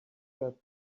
got